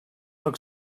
look